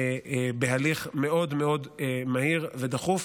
בהליך מאוד מאוד מהיר ודחוף,